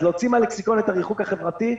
אז להוציא מן הלקסיקון את הריחוק החברתי.